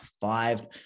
five